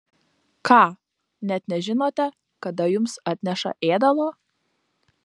ką net nežinote kada jums atneša ėdalo